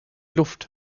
luft